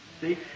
See